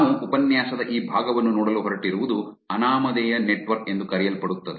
ನಾವು ಉಪನ್ಯಾಸದ ಈ ಭಾಗವನ್ನು ನೋಡಲು ಹೊರಟಿರುವುದು ಅನಾಮಧೇಯ ನೆಟ್ವರ್ಕ್ ಎಂದು ಕರೆಯಲ್ಪಡುತ್ತದೆ